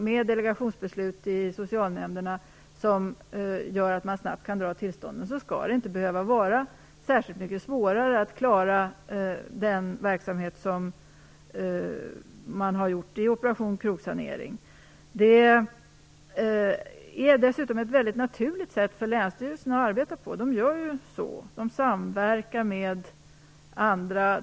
Med delegationsbeslut i socialnämnderna som gör att man snabbt kan dra in tillstånd skall det inte behöva vara särskilt mycket svårare att klara samma verksamhet som vid Operation krogsanering. Dessutom är det ett naturligt sätt för länsstyrelserna att arbeta på. De samverkar ju med andra.